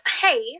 Hey